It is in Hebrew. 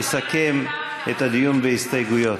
יסכם את הדיון בהסתייגויות.